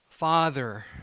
Father